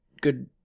good